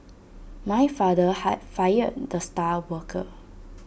my father hi fired the star worker